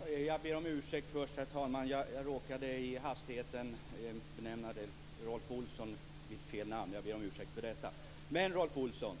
Herr talman! Jag ber om ursäkt för att jag i hastigheten råkade benämna Rolf Olsson vid fel namn. Jag ber om ursäkt för detta. Men, Rolf Olsson,